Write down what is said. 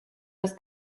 des